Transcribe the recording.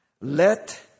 let